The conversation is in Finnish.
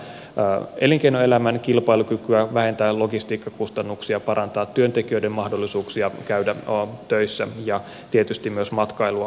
voidaan parantaa elinkeinoelämän kilpailukykyä vähentää logistiikkakustannuksia parantaa työntekijöiden mahdollisuuksia käydä töissä ja tietysti myös matkailua edistää